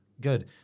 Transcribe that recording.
good